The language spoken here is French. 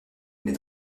les